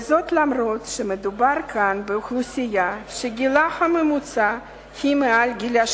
וזאת אף שמדובר כאן באוכלוסייה שגילה הממוצע הוא מעל 70 שנה